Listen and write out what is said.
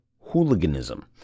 hooliganism